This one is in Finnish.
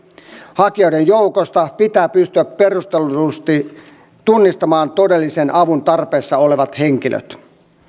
hakijoiden joukosta pitää pystyä perustellusti tunnistamaan todellisen avun tarpeessa olevat henkilöt